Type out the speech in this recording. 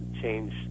change